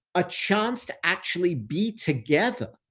a chance to actually be together.